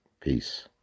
Peace